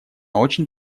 очень